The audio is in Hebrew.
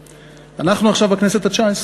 40, אנחנו עכשיו בכנסת התשע-עשרה,